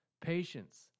Patience